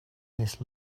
this